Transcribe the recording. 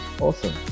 Awesome